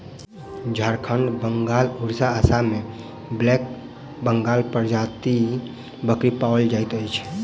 झारखंड, बंगाल, उड़िसा, आसाम मे ब्लैक बंगाल प्रजातिक बकरी पाओल जाइत अछि